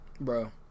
bro